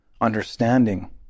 understanding